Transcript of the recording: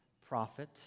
prophet